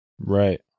Right